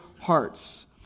hearts